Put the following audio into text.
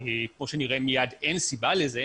וכמו שנראה מיד אין סיבה לזה,